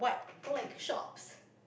oh like shops